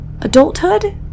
adulthood